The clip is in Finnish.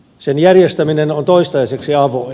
sen järjestäminen on toistaiseksi avoin